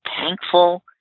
thankful